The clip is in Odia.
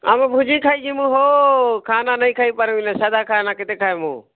ଆମେ ଭୂଜି ଖାଇ ଯିମୁଁ ହୋ ଖାନା ଖାଇ ନାଇଁ ପାରୁ ଇନ ସାଧା ଖାନା କେତେ ଖାଏମୁଁ